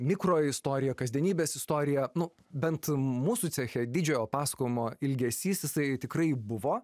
mikroistorija kasdienybės istorija nu bent mūsų ceche didžiojo pasakojimo ilgesys jisai tikrai buvo